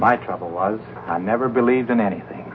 my trouble was i never believed in anything